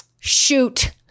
shoot